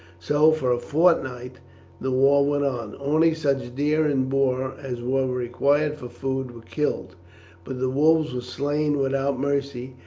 so for a fortnight the war went on. only such deer and boar as were required for food were killed but the wolves were slain without mercy,